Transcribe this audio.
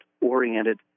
oriented